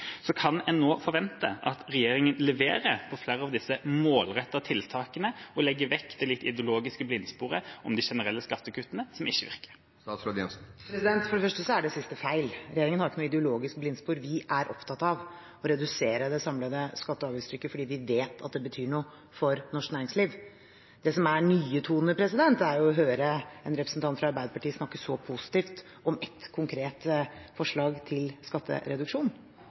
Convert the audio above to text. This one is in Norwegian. Kan en nå forvente at regjeringa leverer på flere av disse målrettede tiltakene og legger vekk det litt ideologiske blindsporet om de generelle skattekuttene som ikke virker? For det første så er det siste feil. Regjeringen har ikke noe ideologisk blindspor, vi er opptatt av å redusere det samlede skatte- og avgiftstrykket fordi vi vet at det betyr noe for norsk næringsliv. Det som er nye toner, er å høre en representant fra Arbeiderpartiet snakke så positivt om ett konkret forslag til skattereduksjon.